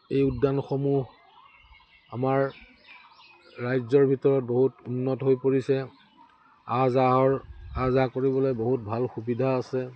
এই উদ্যানসমূহ আমাৰ ৰাজ্যৰ ভিতৰত বহুত উন্নত হৈ পৰিছে আহ যাহৰ আহ যাহ কৰিবলৈ বহুত ভাল সুবিধা আছে